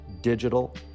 digital